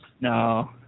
No